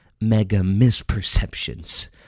mega-misperceptions